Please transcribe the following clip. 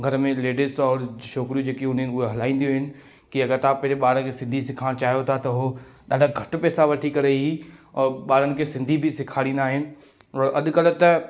घर में लेडिस और छोकिरियूं जेकी हूंदियूं आहिनि उहा हलाईंदियूं आहिनि कि अगरि तव्हां पंहिंजे ॿार खे सिंधी सेखारणु चाहियां थो त हो ॾाढा घटि पैसा वठी करे हीउ और ॿारनि खे सिंधी बि सेखारींदा आहिनि अॼुकल्ह त